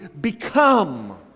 become